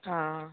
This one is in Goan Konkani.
हां